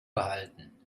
behalten